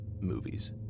Movies